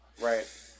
right